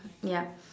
ya